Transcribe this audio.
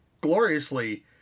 gloriously